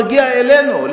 מגיע אלינו,